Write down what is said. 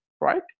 right